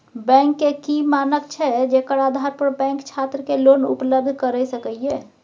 Bank के की मानक छै जेकर आधार पर बैंक छात्र के लोन उपलब्ध करय सके ये?